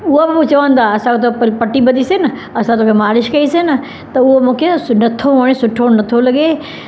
उहो बि चवंदो आहे असां थो पटी बदीसे न असां तोखे मालिश कइसे न त उहो मूंखे सु नथो वणे सुठो नथो लॻे